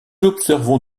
observons